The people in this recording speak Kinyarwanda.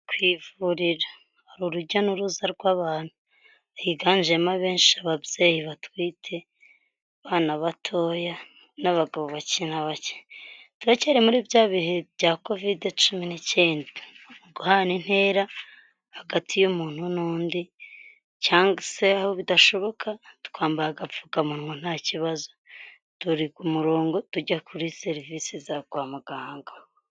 Ku ivuriro hari urujya n'uruza rw'abantu higanjemo abenshi ababyeyi batwite, abana batoya n'abagabo, turacyari muri bya bihe bya kovide cumi n'icyenda guhana intera hagati y'umuntu n'undi cyangwa se aho bidashoboka twambaye agapfukamunwa nta kibazo, turi ku murongo tujya kuri serivisi za kwa muganga